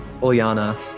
Oyana